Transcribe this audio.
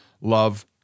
love